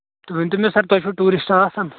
تُہۍ ؤنۍتو مےٚ سَر تۄہہِ چھِو ٹوٗرِسٹ آسان